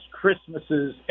Christmases